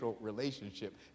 relationship